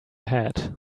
hat